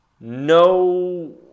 no